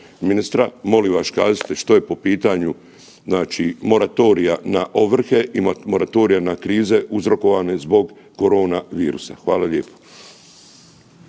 ministra, molim vas kažite što je po pitanju znači moratorija na ovrhe i moratorija na krize uzrokovane zbog korona virusa. Hvala lijepo.